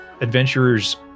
adventurers